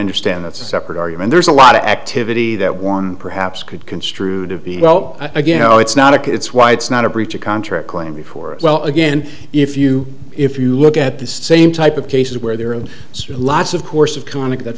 understand that's a separate argument there's a lot of activity that one perhaps could construe to be well again no it's not a it's why it's not a breach of contract claim before well again if you if you look at the same type of cases where there are lots of course of